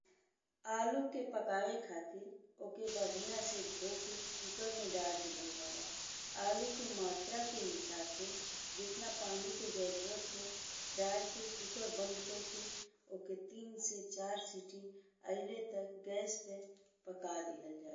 आलू के पकावे खातिर ओके बढ़िया से धो के कुकर में डार दीहल जाला। आलू के मात्रा के हिसाब से जतना पानी के जरूरत हो डार के कुकर बंद कइ के ओके तीन से चार सीटी अइले तक गैस पे पका दीहल जाला।